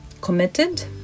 committed